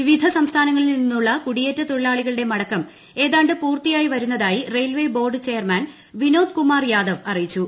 വിവിധ സംസ്ഥാനങ്ങളിൽ നിന്നുള്ള കുടിയേറ്റ തൊഴിലാളികളുടെ മടക്കം ഏതാണ്ട് പൂർത്തിയായി വരുന്നതായി railway board chairman Vinodkumar Yadav അറിയിച്ചു